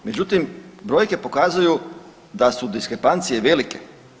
Međutim, brojke pokazuju da su diskrepancije velike.